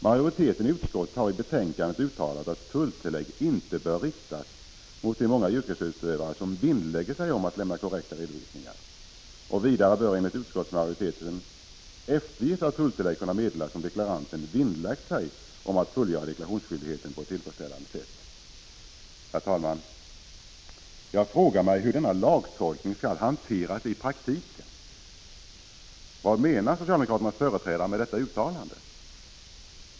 Majoriteten i utskottet har i betänkandet uttalat att tulltillägg inte bör riktas mot de många yrkesutövare som vinnlägger sig om att lämna korrekta redovisningar. Vidare bör enligt utskottsmajoriteten eftergift av tulltillägg kunna meddelas om deklaranten vinnlagt sig om att fullgöra deklarationsskyldigheten på ett tillfredsställande sätt. Herr talman! Jag frågar mig hur denna lagtolkning skall hanteras i praktiken. Vad menar socialdemokraternas företrädare med detta uttalande?